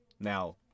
Now